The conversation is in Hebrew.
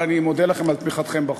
ואני מודה לכם על תמיכתכם בחוק.